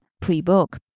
Pre-book